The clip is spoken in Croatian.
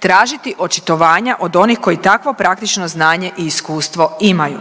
tražiti očitovanja od onih koji takvo praktično znanje i iskustvo imaju.